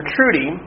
Trudy